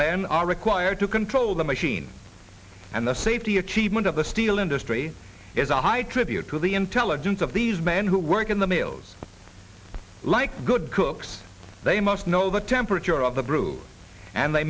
man are required to control the machine and the safety achievement of the steel industry is a high tribute to the intelligence of these men who work in the mills like good cooks they must know the temperature of the brew and